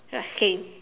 ya same